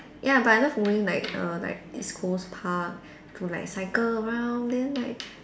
ya but I love going like err like East Coast Park to like cycle around then like